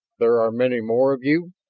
there are many more of you?